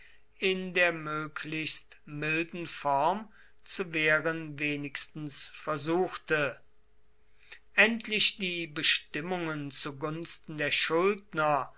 in der möglichst milden form zu wehren wenigstens versuchte endlich die bestimmungen zu gunsten der schuldner